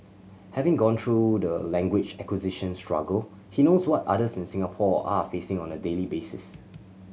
having gone through the language acquisition struggle he knows what others in Singapore are facing on a daily basis